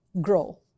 grow